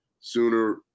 sooner